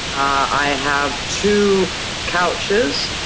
i have two couches.